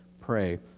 pray